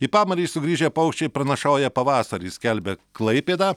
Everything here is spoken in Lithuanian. į pamarį sugrįžę paukščiai pranašauja pavasarį skelbia klaipėda